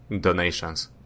donations